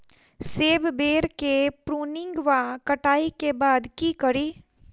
सेब बेर केँ प्रूनिंग वा कटाई केँ बाद की करि?